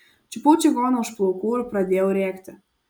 čiupau čigoną už plaukų ir pradėjau rėkti